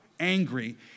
angry